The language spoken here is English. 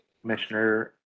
Commissioner